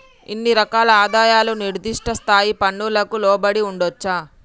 ఇన్ని రకాల ఆదాయాలు నిర్దిష్ట స్థాయి పన్నులకు లోబడి ఉండొచ్చా